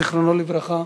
זיכרונו לברכה,